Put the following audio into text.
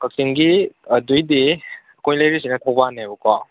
ꯀꯛꯆꯤꯡꯒꯤ ꯑꯗꯨꯏꯗꯤ ꯑꯩꯈꯣꯏ ꯂꯩꯔꯤꯁꯤꯅ ꯊꯧꯕꯥꯜꯅꯦꯕꯀꯣ